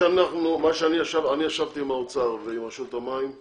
אני ישבתי עם האוצר ועם רשות המים,